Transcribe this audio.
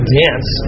dance